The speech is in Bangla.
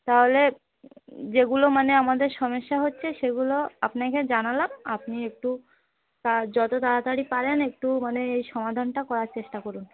তাহলে যেগুলো মানে আমাদের সমস্যা হচ্ছে সেগুলো আপনাকে জানালাম আপনি একটু তা যত তাড়াতাড়ি পারেন একটু মানে এই সমাধানটা করার চেষ্টা করুন